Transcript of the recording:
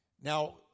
Now